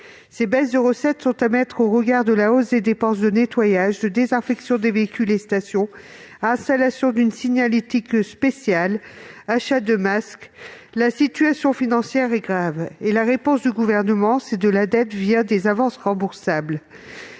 Ces baisses de recettes sont à mettre en balance avec la hausse des dépenses de nettoyage, de désinfection des véhicules et stations, d'installation d'une signalétique spéciale et d'achat de masques. La situation financière est grave, et le Gouvernement y répond en créant de la dette, le mécanisme des avances remboursables.